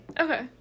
Okay